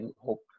hope